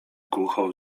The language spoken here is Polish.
głucho